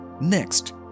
Next